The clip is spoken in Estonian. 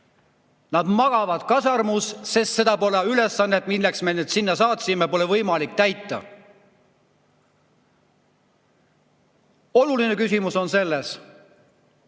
Nad magavad kasarmus, sest seda ülesannet, milleks me nad sinna saatsime, pole võimalik täita. Oluline küsimus on selles,